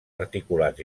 articulats